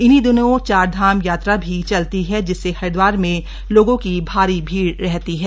इन्हीं दिनों चारधाम यात्रा भी चलती है जिससे हरिद्वार में लोगों की भारी भीड़ रहती है